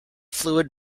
fluid